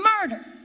murder